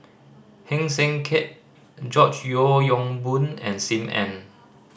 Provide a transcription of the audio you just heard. Heng Swee Keat George Yeo Yong Boon and Sim Ann